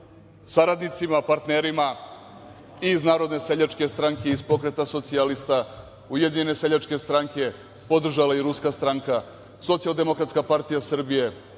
saradnicima, partnerima, iz Narodne seljačke stranke, iz Pokreta socijalista, Ujedinjene seljačke stranke, podržala je i Ruska stranka, Socijaldemokratska partija Srbije,